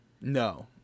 no